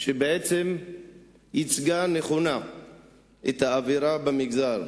שבעצם ייצגה נכונה את האווירה במגזר.